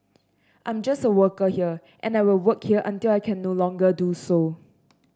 I'm just a worker here and I will work here until I can no longer do so